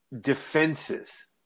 defenses